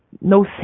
no